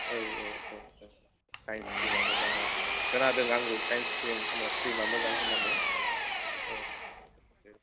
औ औ औ औ साइन्स स्ट्रिमा मोजां औ औ खोनादों आंबो साइन्स स्ट्रिमा मोजां होननानै औ